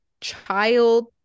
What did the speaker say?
child